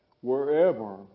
wherever